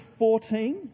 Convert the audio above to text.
14